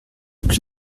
plus